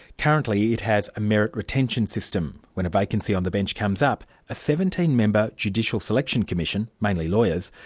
currently it has a merit retention system when a vacancy on the bench comes up, a seventeen member judicial selection commission, mainly lawyers,